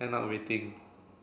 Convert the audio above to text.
end up waiting